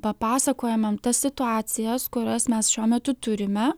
papasakojomem tas situacijas kurias mes šiuo metu turime